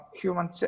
human